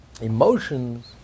emotions